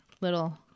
little